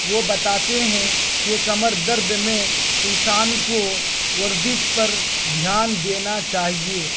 وہ بتاتے ہیں کہ کمر درد میں انسان کو ورزش پر دھیان دینا چاہیے